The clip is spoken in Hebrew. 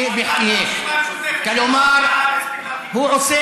ולכן, (אומר בערבית: